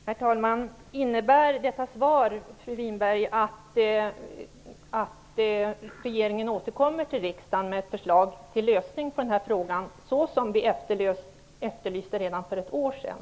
Herr talman! Innebär detta svar, fru Winberg, att regeringen återkommer till riksdagen med ett förslag till lösning på denna fråga, såsom vi efterlyste redan för ett år sedan?